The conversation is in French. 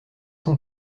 cent